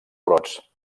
brots